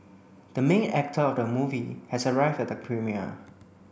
the main actor of the movie has arrived at the premiere